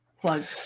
Plug